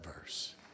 verse